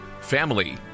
family